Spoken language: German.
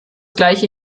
gleiche